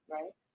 right